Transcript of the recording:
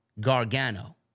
Gargano